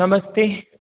नमस्ते